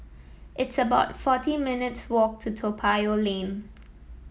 it's about forty minutes' walk to Toa Payoh Lane